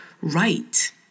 right